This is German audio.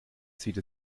zieht